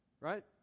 Right